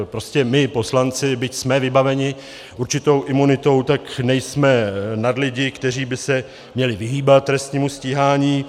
Prostě my poslanci, byť jsme vybaveni určitou imunitou, tak nejsme nadlidi, kteří by se měli vyhýbat trestnímu stíhání.